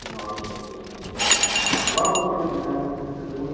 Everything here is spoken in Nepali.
अच्छा ठिक छ ठिक छ ल त म यहाँ हुन्छ